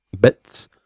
Bits